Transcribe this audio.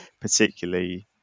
particularly